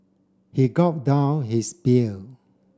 he gulp down his beer